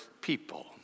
people